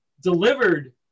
delivered